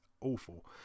awful